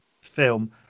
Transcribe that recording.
film